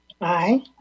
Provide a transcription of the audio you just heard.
Aye